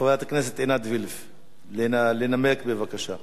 חברת הכנסת עינת וילף, לנמק בבקשה.